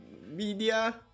media